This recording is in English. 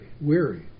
weary